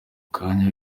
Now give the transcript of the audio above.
kanya